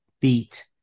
beat